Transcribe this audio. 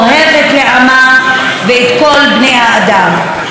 אוהבת את עמה ואת כל בני האדם.